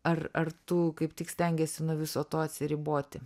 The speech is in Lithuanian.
ar ar tu kaip tik stengiesi nuo viso to atsiriboti